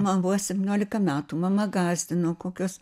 man buvo septyniolika metų mama gąsdino kokios